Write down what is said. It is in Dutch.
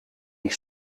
die